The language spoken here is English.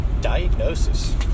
Diagnosis